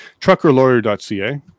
Truckerlawyer.ca